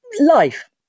Life